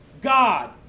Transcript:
God